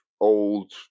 old